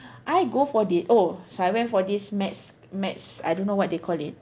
I go for the oh so I went for this maths maths I don't know what they called it